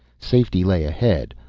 safety lay ahead.